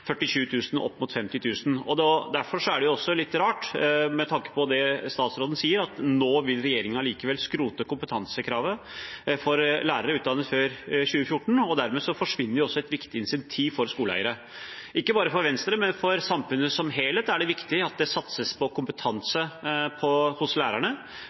Derfor er det, med tanke på det statsråden sier, litt rart at regjeringen nå likevel vil skrote kompetansekravet for lærere utdannet før 2014, og dermed forsvinner også et viktig insentiv for skoleeiere. Ikke bare for Venstre, men for samfunnet som helhet er det viktig at det satses på kompetanse hos lærerne.